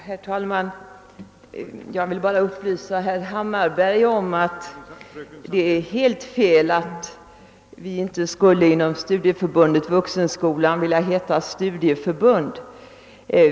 Herr talman! Jag vill bara upplysa herr Hammarberg om att det är helt felaktigt att göra gällande att vi inte skulle inom Studieförbundet Vuxenskolan vilja heta studieförbund.